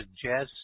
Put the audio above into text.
suggest